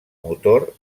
motor